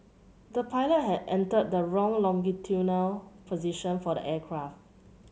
the pilot had entered the wrong longitudinal position for the aircraft